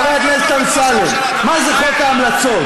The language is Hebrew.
חבר הכנסת אמסלם, תאמין לי,